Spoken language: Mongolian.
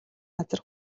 газар